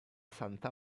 santa